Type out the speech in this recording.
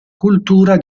cultura